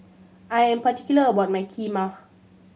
I am particular about my Kheema